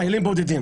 חיילים בודדים